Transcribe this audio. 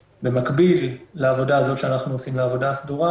במקביל לעבודה הזאת שאנחנו עושים לעבודה הסדורה,